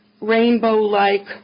rainbow-like